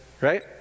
Right